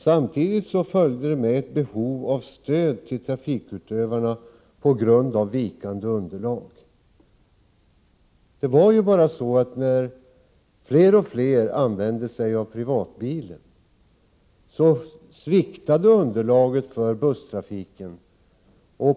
Samtidigt följde det med ett behov av stöd till trafikutövarna på grund av vikande underlag. När fler och fler använde sig av privatbilen sviktade underlaget för busstrafiken.